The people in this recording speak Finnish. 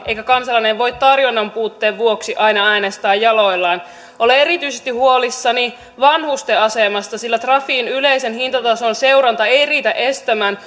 eikä kansalainen voi tarjonnan puutteen vuoksi aina äänestää jaloillaan olen erityisesti huolissani vanhusten asemasta sillä trafin yleisen hintatason seuranta ei riitä estämään